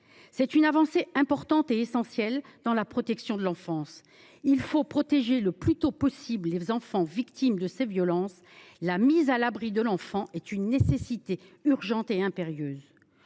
marque une avancée essentielle dans la protection de l’enfance : il faut protéger le plus tôt possible les enfants victimes de ces violences ; leur mise à l’abri est une nécessité urgente et impérieuse.